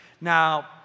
Now